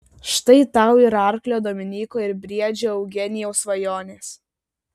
štai tau ir arklio dominyko ir briedžio eugenijaus svajonės